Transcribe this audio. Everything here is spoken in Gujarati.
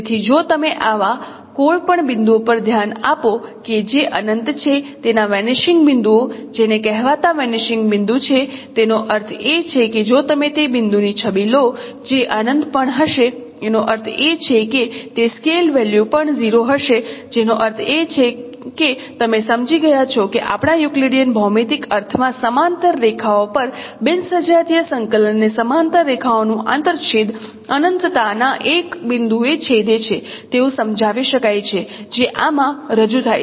તેથી જો તમે આવા કોઈપણ બિંદુઓ પર ધ્યાન આપો કે જે અનંત છે તેના વેનીશિંગ બિંદુઓ જેને કહેવાતા વેનીશિંગ બિંદુ છે તેનો અર્થ એ કે જો તમે તે બિંદુની છબી લો છો જે અનંત પણ હશે એનો અર્થ એ છે કે તે સ્કેલ વેલ્યુ પણ 0 હશે જેનો અર્થ એ છે કે તમે સમજી ગયા છો કે આપણા યુક્લિડિયન ભૌમિતિક અર્થમાં સમાંતર રેખાઓ પર બિન સજાતીય સંકલનની સમાંતર રેખાઓનું આંતરછેદ અનંતતા ના એક બિંદુએ છેદે છે તેવું સમજાવી શકાય છે જે આમાં રજૂ થાય છે